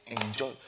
enjoy